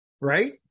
right